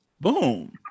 Boom